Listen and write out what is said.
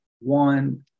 one